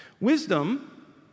Wisdom